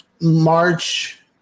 March